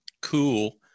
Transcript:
Cool